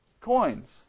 coins